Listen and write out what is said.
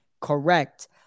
Correct